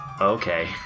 Okay